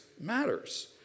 matters